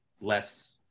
less